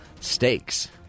stakes